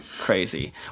Crazy